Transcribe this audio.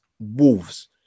Wolves